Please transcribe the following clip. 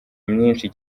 myinshi